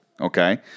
Okay